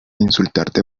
insultarte